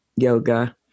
yoga